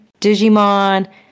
Digimon